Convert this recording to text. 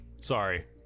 sorry